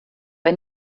bei